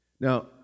Now